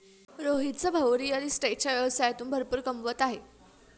रोहितचा भाऊ रिअल इस्टेटच्या व्यवसायातून भरपूर कमवत आहे